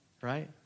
Right